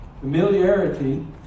Familiarity